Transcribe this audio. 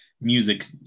music